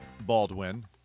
Baldwin